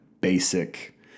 basic